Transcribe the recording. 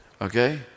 Okay